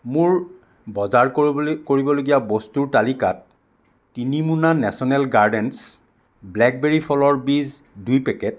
মোৰ বজাৰ কৰিবলগীয়া বস্তুৰ তালিকাত তিনি মোনা নেশ্যনেল গাৰ্ডেনছ ব্লেকবেৰী ফলৰ বীজ দুই পেকেট